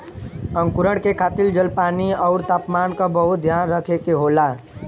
अंकुरण के खातिर जल, पानी आउर तापमान क बहुत ध्यान रखे के होला